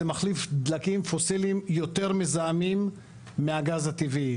זה מחליף דלקים פוסיליים יותר מזהמים מהגז הטבעי,